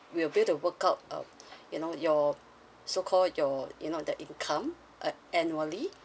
we will bill the work out uh you know your so call your you know that income uh annually